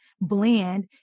blend